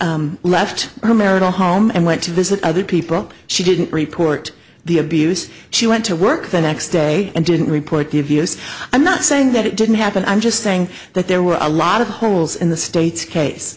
she left her marital home and went to visit other people she didn't report the abuse she went to work the next day and didn't report the abuse i'm not saying that it didn't happen i'm just saying that there were a lot of holes in the state's case